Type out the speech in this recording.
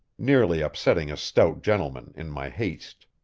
nearly upsetting a stout gentleman in my haste.